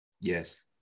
yes